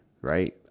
right